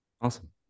Awesome